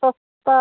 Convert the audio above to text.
सस्ता